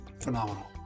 Phenomenal